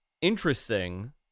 interesting